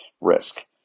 risk